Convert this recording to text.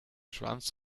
schwanz